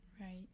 Right